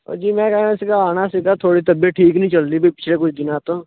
ਜੀ ਮੈਂ ਕਹਿਣਾ ਸੀਗਾ ਆਉਣਾ ਸੀਗਾ ਥੋੜ੍ਹੀ ਤਬੀਅਤ ਠੀਕ ਨਹੀਂ ਚੱਲਦੀ ਪਈ ਪਿਛਲੇ ਕੁਛ ਦਿਨਾਂ ਤੋਂ